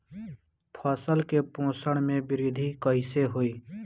फसल के पोषक में वृद्धि कइसे होई?